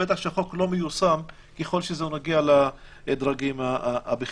בטח שהחוק לא מיושם ככול שזה נוגע לדרגים הבכירים.